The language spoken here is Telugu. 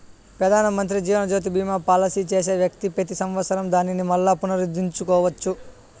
పెదానమంత్రి జీవనజ్యోతి బీమా పాలసీ చేసే వ్యక్తి పెతి సంవత్సరం దానిని మల్లా పునరుద్దరించుకోవచ్చు